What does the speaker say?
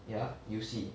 yeah 游戏